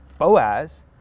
Boaz